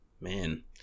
Man